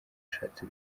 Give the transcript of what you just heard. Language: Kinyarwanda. ashatse